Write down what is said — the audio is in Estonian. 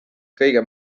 kõige